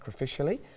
sacrificially